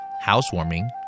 housewarming